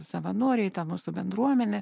savanoriai ta mūsų bendruomenė